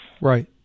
Right